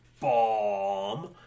bomb